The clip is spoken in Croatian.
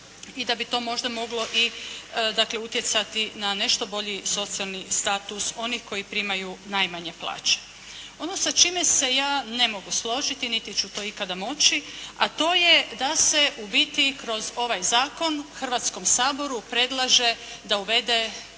i da bi to možda moglo i dakle utjecati na nešto bolji socijalni status onih koji primaju najmanje plaće. Ono sa čime se ja ne mogu složiti niti ću to ikada moći a to je da se u biti kroz ovaj zakon Hrvatskom saboru predlaže da uvede